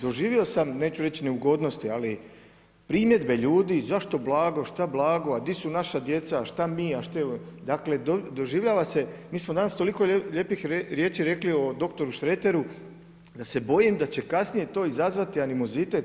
Doživio sam, neću reži neugodnosti, ali primjedbe ljudi, zašto blago, šta blago, a di su naša djeca, šta mi … dakle doživljava se, mi smo danas toliko lijepih riječi rekli o doktoru Šreteru, da se bojim da će kasnije to izazvati animuzet.